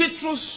Citrus